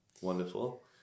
wonderful